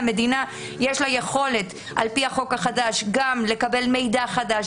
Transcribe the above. למדינה יש יכולת על פי החוק החדש גם לקבל מידע חדש,